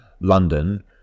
London